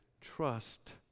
trust